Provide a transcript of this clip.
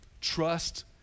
trust